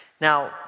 Now